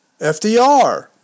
FDR